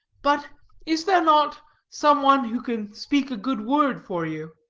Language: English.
but is there not some one who can speak a good word for you?